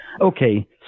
Okay